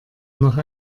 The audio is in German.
nach